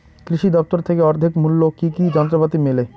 কৃষি দফতর থেকে অর্ধেক মূল্য কি কি যন্ত্রপাতি মেলে?